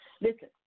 Listen